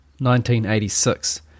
1986